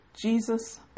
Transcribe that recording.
Jesus